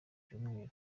cyumweru